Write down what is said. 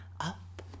up